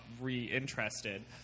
re-interested